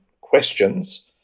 questions